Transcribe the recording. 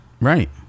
Right